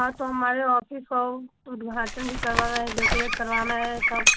हाँ तो हमारे ऑफ़िस का उद्घाटन भी करवाना है डेकोरेट करवाना है सब